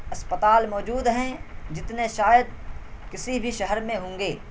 اسپتال موجود ہیں جتنے شاید کسی بھی شہر میں ہوں گے